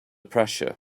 pressure